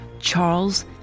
Charles